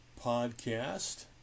Podcast